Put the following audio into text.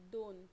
दोन